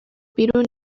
بیرون